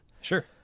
Sure